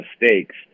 mistakes